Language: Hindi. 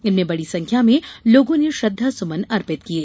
इनमें बड़ी संख्या में लोगों ने श्रद्धासुमन अर्पित किये